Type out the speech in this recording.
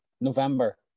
November